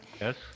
Yes